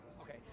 Okay